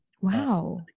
Wow